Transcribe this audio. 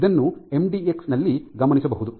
ಇದನ್ನು ಎಂಡಿಎಕ್ಸ್ ನಲ್ಲಿ ಗಮನಿಸಬಹುದು